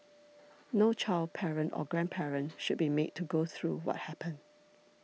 no child parent or grandparent should be made to go through what happened